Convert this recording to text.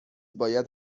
باید